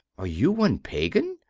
are you one pagan?